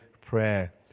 prayer